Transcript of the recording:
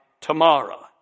tomorrow